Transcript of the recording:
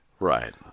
Right